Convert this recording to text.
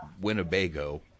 Winnebago